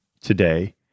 today